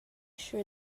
sure